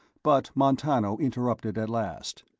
but montano interrupted at last.